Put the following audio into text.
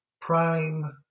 Prime